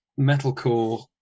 metalcore